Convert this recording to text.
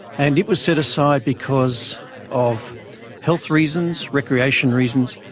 and it was set aside because of health reasons, recreation reasons,